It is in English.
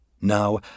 Now